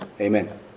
Amen